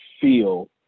feel